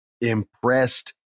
impressed